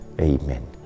Amen